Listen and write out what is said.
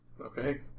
Okay